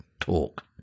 talk